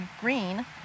green